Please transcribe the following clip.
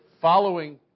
following